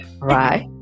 right